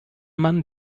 man